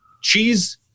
cheese